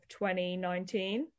2019